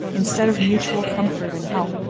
instead of mutual comfort and help,